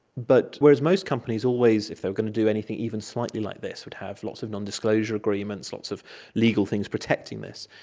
but whereas most companies always if there were going to do anything even slightly like this would have lots of nondisclosure agreements, lots of legal things protecting this.